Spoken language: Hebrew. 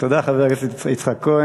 תודה, חבר הכנסת יצחק כהן.